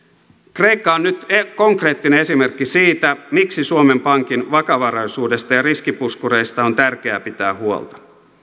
kreikka on nyt konkreettinen esimerkki siitä miksi suomen pankin vakavaraisuudesta ja riskipuskureista on tärkeää pitää huolta